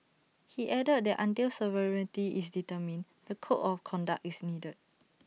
he added that until sovereignty is determined the code of conduct is needed